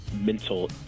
mental